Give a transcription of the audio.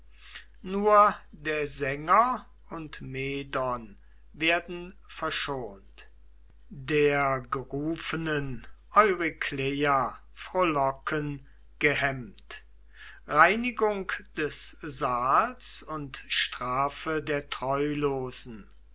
nur der sänger und medon werden verschont der gerufenen eurykleia frohlocken gehemmt reinigung des saals und strafe der treulosen